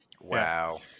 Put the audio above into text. Wow